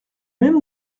même